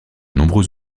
nombreux